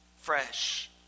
fresh